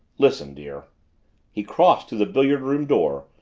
listen, dear he crossed to the billiard-room door,